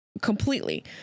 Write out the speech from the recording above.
completely